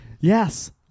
Yes